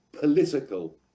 political